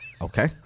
okay